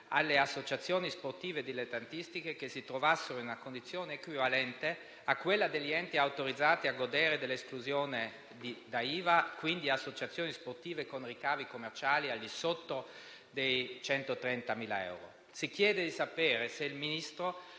alle associazioni sportive dilettantistiche che si trovassero in una condizione equivalente a quella degli enti autorizzati a godere dell'esclusione da IVA, quindi associazioni sportive con ricavi commerciali inferiori ai 130.000 euro. Si chiede di sapere se il Ministro